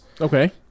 Okay